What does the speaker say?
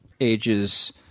ages